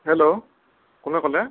hello কোনে ক'লে